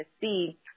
see